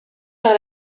par